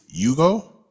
yugo